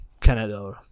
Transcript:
Canada